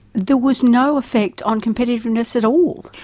there was no effect on competitiveness at all?